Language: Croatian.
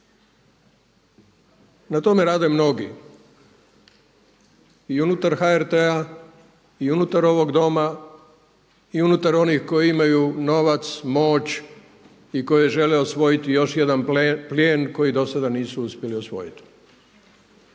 Na tome rade mnogi i unutar HRT-a i unutar ovog Doma i unutar onih koji imaju novac, moć i koji žele osvojiti još jedan plijen koji do sada nisu uspjeli osvojiti